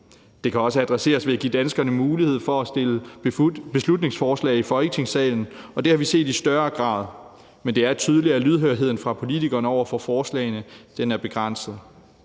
Den kan også adresseres ved at give danskerne mulighed for at fremsætte beslutningsforslag i Folketingssalen, og det har vi set i højere grad. Men det er tydeligt, at lydhørheden fra politikerne over for forslagene er begrænset.